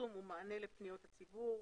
3.פרסום ומענה לפניות הציבור.